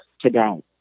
today